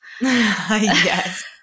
Yes